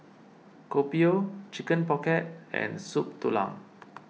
Kopi O Chicken Pocket and Soup Tulang